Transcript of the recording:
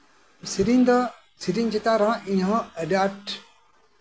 ᱥᱮᱨᱮᱧ ᱫᱚ ᱥᱮᱨᱮᱧ ᱪᱮᱛᱟᱱ ᱨᱮᱦᱚᱸ ᱤᱧᱦᱚᱸ ᱟᱹᱰᱤ ᱟᱸᱴ